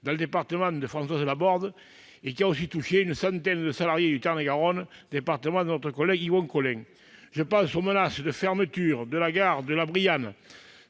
dans le département de Françoise Laborde, qui a aussi touché une centaine de salariés du Tarn-et-Garonne, département de notre collègue Yvon Collin. Je pense aux menaces de fermeture de la gare de La Brillanne,